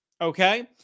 Okay